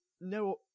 No